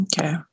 Okay